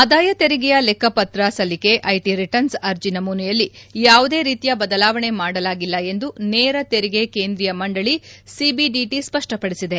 ಆದಾಯ ತೆರಿಗೆಯ ಲೆಕ್ಕಪತ್ರ ಸಲ್ಲಿಕೆ ಐಟಿ ರಿಟರ್ನ್ಸ್ ಅರ್ಜಿ ನಮೂನೆಯಲ್ಲಿ ಯಾವುದೇ ರೀತಿಯ ಬದಲಾವಣೆ ಮಾಡಲಾಗಿಲ್ಲ ಎಂದು ನೇರ ತೆರಿಗೆ ಕೇಂದ್ರೀಯ ಮಂಡಳಿ ಸಿಬಿಡಿಟಿ ಸ್ಪಡ್ಡಪಡಿಸಿದೆ